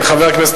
חבר הכנסת